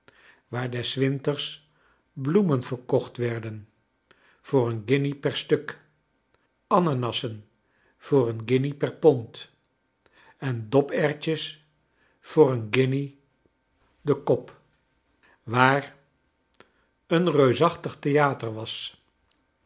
waar des winters bloemen verkocht werden voor een guinje per stuk ananassen voor een guinje per pond en doperwtjes voor een guinje de kop waar een reusachtig theater was